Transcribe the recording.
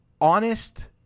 Honest